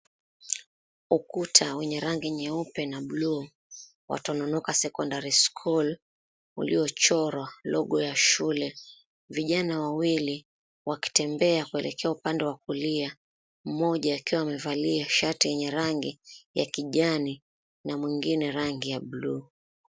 Ukuta wenye rangi nyeupe na buluu wa TONONOKA SECONDARY SCHOOL uliochorwa logo ya shule. Vijana wawili wakitembea kuelekea upande wa kulia, mmoja akiwa amevalia shati yenye rangi ya kijani na mwingine rangi ya buluu.